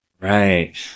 Right